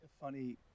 funny